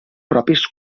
propis